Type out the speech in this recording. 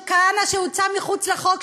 של כהנא שהוצא מחוץ לחוק,